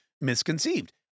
misconceived